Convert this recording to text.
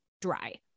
dry